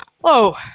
whoa